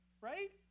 Right